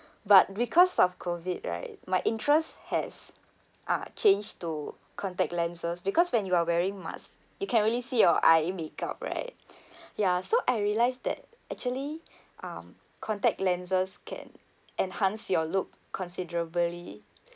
but because of COVID right my interest has uh change to contact lenses because when you're wearing mask you can only really see your eye makeup right ya so I realised that actually um contact lenses can enhance your look considerably